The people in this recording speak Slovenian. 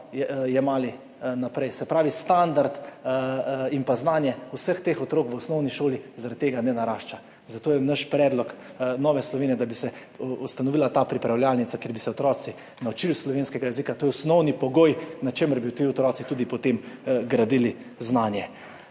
jemali naprej. Se pravi, standard in pa znanje vseh teh otrok v osnovni šoli zaradi tega ne narašča. Zato je naš predlog, Nove Slovenije, da bi se ustanovila ta pripravljalnica, kjer bi se otroci naučili slovenskega jezika. To je osnovni pogoj, na čemer bi ti otroci tudi potem gradili znanje.